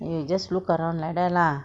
!aiyo! just look around like that lah